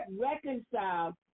reconcile